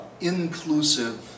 inclusive